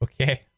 Okay